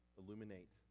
illuminate